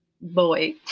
boy